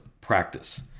practice